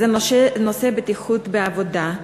וזה נושא הבטיחות בעבודה.